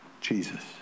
Jesus